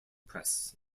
press